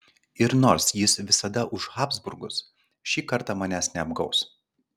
ir nors jis visada už habsburgus ši kartą manęs neapgaus